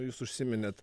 jūs užsiminėt